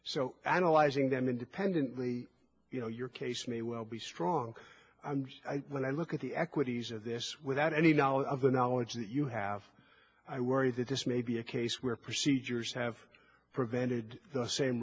so analyzing them independently you know your case may well be strong and when i look at the equities of this without any knowledge of the knowledge that you have i worry that this may be a case where procedures have prevented the same